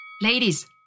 Ladies